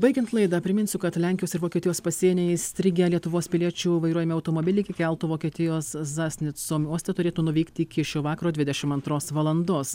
baigiant laidą priminsiu kad lenkijos ir vokietijos pasienyje įstrigę lietuvos piliečių vairuojami automobiliai iki kelto vokietijos zasnico uoste turėtų nuvykti iki šio vakaro dvidešim antros valandos